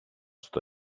στο